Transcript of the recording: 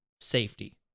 safety